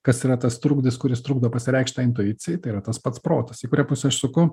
kas yra tas trukdis kuris trukdo pasireikšt tai intuicijai tai yra tas pats protas į kurią pusę aš suku